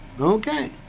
okay